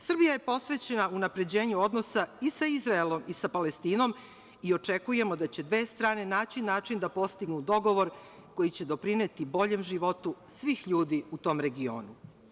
Srbija je posvećena unapređenju odnosa i sa Izraelom i sa Palestinom i očekujemo da će dve strane naći način da postignu dogovor koji će doprineti boljem životu svih ljudi u tom regionu.